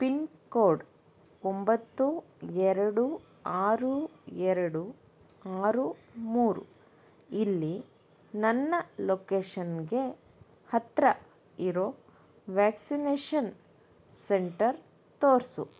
pin code ಒಂಬತ್ತು ಎರಡು ಆರು ಎರಡು ಆರು ಮೂರು ಇಲ್ಲಿ ನನ್ನ ಲೊಕೇಷನ್ಗೆ ಹತ್ತಿರ ಇರೋ ವ್ಯಾಕ್ಸಿನೇಷನ್ ಸೆಂಟರ್ ತೋರಿಸು